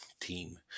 team